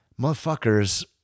motherfuckers